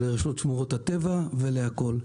לרשות שמורות הטבע ולהכל.